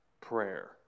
prayer